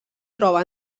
troba